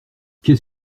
qu’est